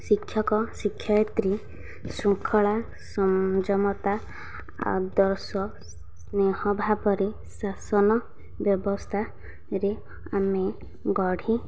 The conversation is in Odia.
ଶିକ୍ଷକ ଶିକ୍ଷୟତ୍ରୀ ଶୃଙ୍ଖଳା ସଂଯମତା ଆଦର୍ଶ ସ୍ନେହ ଭାବରେ ଶାସନ ବ୍ୟବସ୍ଥାରେ ଆମେ ଗଢ଼ି